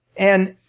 and